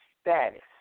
status